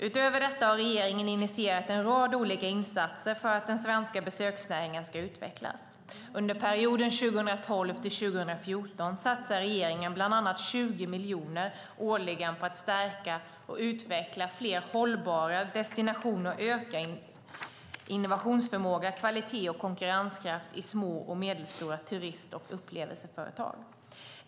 Utöver detta har regeringen initierat en rad olika insatser för att den svenska besöksnäringen ska utvecklas. Under perioden 2012-2014 satsar regeringen bland annat 20 miljoner kronor årligen på att stärka och utveckla fler hållbara destinationer samt öka innovationsförmåga, kvalitet och konkurrenskraft i små och medelstora turist och upplevelseföretag.